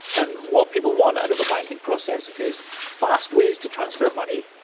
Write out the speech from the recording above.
and what people want out of a banking process is fast ways to transfer money,